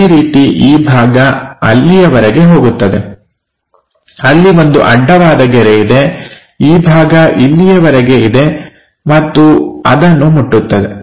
ಅದೇ ರೀತಿ ಈ ಭಾಗ ಅಲ್ಲಿಯವರೆಗೆ ಹೋಗುತ್ತದೆ ಅಲ್ಲಿ ಒಂದು ಅಡ್ಡವಾದ ಗೆರೆ ಇದೆ ಈ ಭಾಗ ಇಲ್ಲಿಯವರೆಗೆ ಇದೆ ಮತ್ತು ಅದನ್ನು ಮುಟ್ಟುತ್ತದೆ